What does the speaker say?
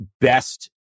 best